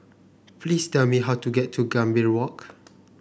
please tell me how to get to Gambir Walk